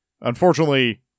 Unfortunately